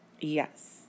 yes